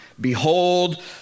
behold